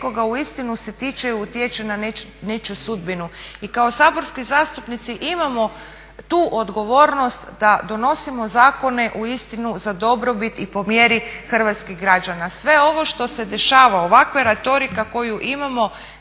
u ovom Saboru nekoga uistinu se tiče i utječe na nečiju sudbinu. I kao saborski zastupnici imamo tu odgovornost da donosimo zakone uistinu za dobrobit i po mjeri hrvatskih građana. Sve ovo što se dešava, ovakva retorika koju imamo